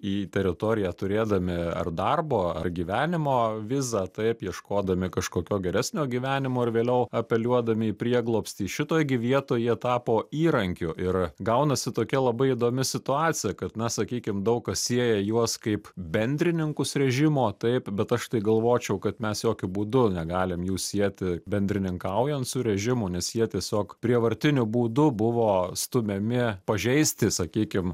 į teritoriją turėdami ar darbo ar gyvenimo vizą taip ieškodami kažkokio geresnio gyvenimo ir vėliau apeliuodami į prieglobstį šitoj gi vietoj jie tapo įrankiu ir gaunasi tokia labai įdomi situacija kad na sakykim daug kas sieja juos kaip bendrininkus režimo taip bet aš tai galvočiau kad mes jokiu būdu negalim jų sieti bendrininkaujant su režimu nes jie tiesiog prievartiniu būdu buvo stumiami pažeisti sakykim